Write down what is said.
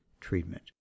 treatment